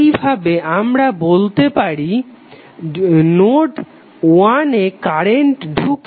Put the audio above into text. এইভাবে আমরা বলতে পারি নোড 1 এ কারেন্ট ধুকছে